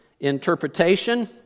interpretation